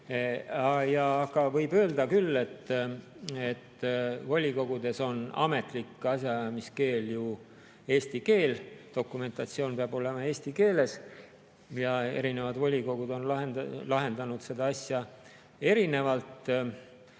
Võib öelda küll, et volikogudes on ametlik asjaajamiskeel ju eesti keel, dokumentatsioon peab olema eesti keeles ja erinevad volikogud on lahendanud selle asja erinevalt.